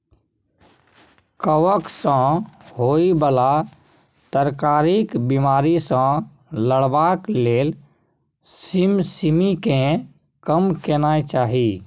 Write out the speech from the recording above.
कवक सँ होए बला तरकारीक बिमारी सँ लड़बाक लेल सिमसिमीकेँ कम केनाय चाही